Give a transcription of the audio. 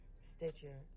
Stitcher